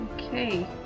Okay